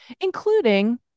including